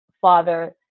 father